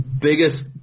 biggest